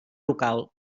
local